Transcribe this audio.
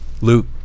Luke